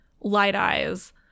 light-eyes